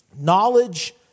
knowledge